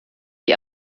die